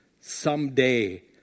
someday